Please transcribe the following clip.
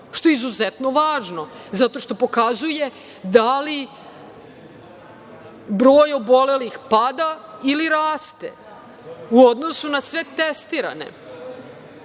što je izuzetno važno zato što pokazuje da li broj obolelih pada ili raste u odnosu na sve testirane.